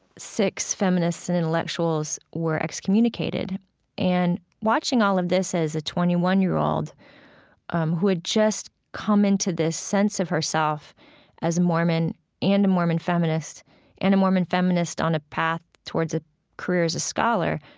six feminists and intellectuals were excommunicated and watching all of this as a twenty one year old um who had just come into this sense of herself as a mormon and a mormon feminist and a mormon feminist on a path towards a career as a scholar,